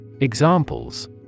Examples